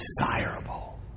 desirable